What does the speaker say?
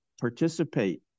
participate